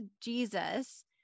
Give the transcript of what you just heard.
Jesus